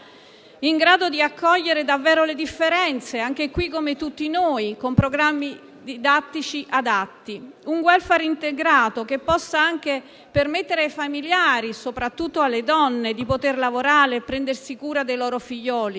in grado di accogliere davvero le differenze (anche qui, come tutti noi) con programmi didattici adatti e un *welfare* integrato, che possa permettere ai familiari - soprattutto alle donne - di lavorare e prendersi cura dei propri figlioli